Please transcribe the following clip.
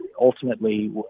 ultimately